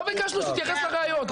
לא ביקשנו שתתייחס לראיות,